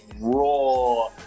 raw